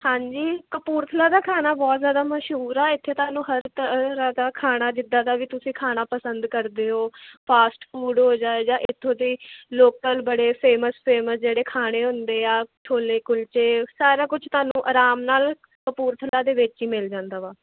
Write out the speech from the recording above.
ਹਾਂਜੀ ਕਪੂਰਥਲਾ ਦਾ ਖਾਣਾ ਬਹੁਤ ਜਿਆਦਾ ਮਸ਼ਹੂਰ ਆ ਇੱਥੇ ਤੁਹਾਨੂੰ ਹਰ ਤਰਾਂ ਦਾ ਖਾਣਾ ਜਿੱਦਾਂ ਦਾ ਵੀ ਤੁਸੀਂ ਖਾਣਾ ਪਸੰਦ ਕਰਦੇ ਹੋ ਫਾਸਟ ਫੂਡ ਹੋ ਜਾਏ ਜਾਂ ਇੱਥੋਂ ਦੇ ਲੋਕਲ ਬੜੇ ਫੇਮਸ ਫੇਮਸ ਜਿਹੜੇ ਖਾਣੇ ਹੁੰਦੇ ਆ ਛੋਲੇ ਕੁਲਚੇ ਸਾਰਾ ਕੁਝ ਤੁਹਾਨੂੰ ਆਰਾਮ ਨਾਲ ਕਪੂਰਥਲਾ ਦੇ ਵਿੱਚ ਹੀ ਮਿਲ ਜਾਂਦਾ ਵਾ